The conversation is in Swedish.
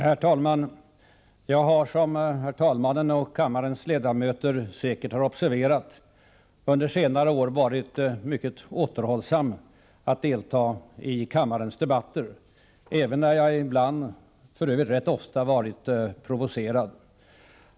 Herr talman! Jag har, som talmannen och kammarens ledamöter säkert har observerat, under senare år varit mycket återhållsam med att delta i kammarens debatter, även när jag ibland, för övrigt rätt ofta, varit provocerad.